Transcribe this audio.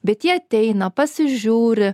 bet jie ateina pasižiūri